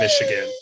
Michigan